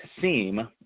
seem